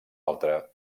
altre